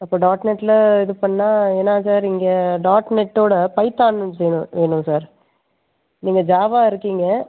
அப்போ டாட்நெட்டில் இது பண்ணால் ஏன்னால் சார் இங்கே டாட்நெட்டோடு பைத்தான்னு ஒன்று வேணும் சார் நீங்கள் ஜாவா இருக்கீங்க